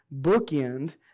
bookend